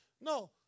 No